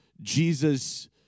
Jesus